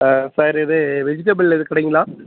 ஆ sir இது vegetable இது கடைங்களா